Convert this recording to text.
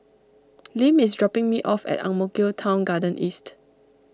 Lim is dropping me off at Ang Mo Kio Town Garden East